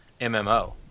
MMO